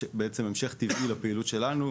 הוא מהווה המשך טבעי לפעילות שלנו,